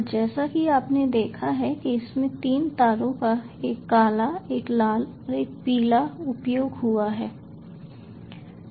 और जैसा कि आपने देखा है कि इसमें 3 तारों का एक काला एक लाल और एक पीला उपयोग हुआ है